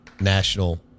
National